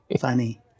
Funny